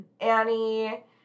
Annie